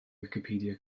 wicipedia